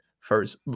first